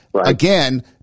again